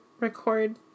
record